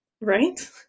right